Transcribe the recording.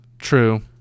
true